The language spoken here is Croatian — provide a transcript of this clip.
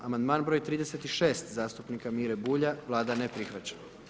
Amandman broj 36., zastupnika Mire Bulja, Vlada ne prihvaća.